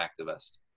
activist